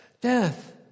Death